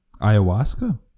ayahuasca